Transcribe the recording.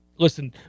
Listen